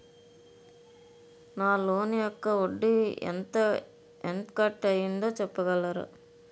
నా లోన్ యెక్క వడ్డీ ఎంత కట్ అయిందో చెప్పగలరా?